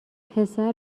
پسر